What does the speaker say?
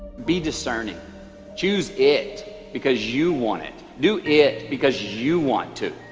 be discerning choose it because you want it do it because you want to